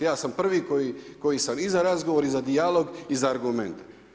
Ja sam prvi koji sam i za razgovor i za dijalog i za argumente.